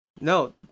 no